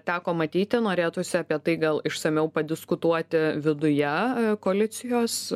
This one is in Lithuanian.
teko matyti norėtųsi apie tai gal išsamiau padiskutuoti viduje koalicijos